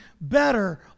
better